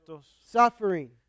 suffering